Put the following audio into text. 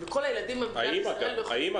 גם האימא.